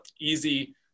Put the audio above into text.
easy